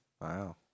wow